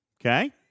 Okay